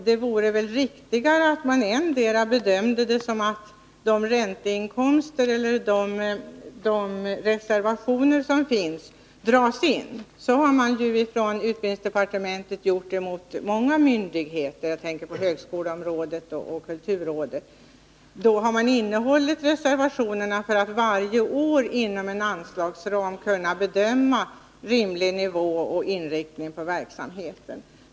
Det vore riktigare att bedöma det så att de ränteinkomster eller de reservationer som finns skulle dras in. Så har man ju gjort från utbildningsdepartementets sida mot många myndigheter — jag tänker på t.ex. högskoleområdet och kulturrådet. Då har man innehållit reservationerna för att varje år inom en anslagsram kunna bedöma rimlig nivå och inriktning av verksamheten.